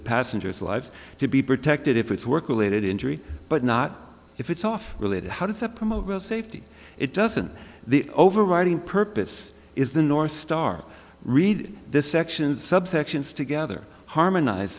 passengers lives to be protected if it's work related injury but not if it's off related how does that promote safety it doesn't the overriding purpose is the northstar read the sections subsections together harmonize